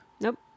Nope